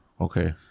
Okay